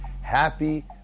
Happy